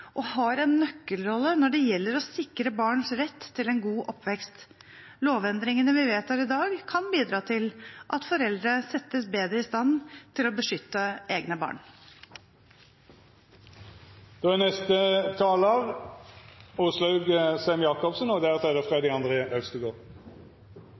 og har en nøkkelrolle når det gjelder å sikre barns rett til en god oppvekst. Lovendringene vi vedtar i dag, kan bidra til at foreldre settes bedre i stand til å beskytte egne barn. Når barn utsettes for overgrep, mishandling, vold, utnyttelse og omsorgssvikt er det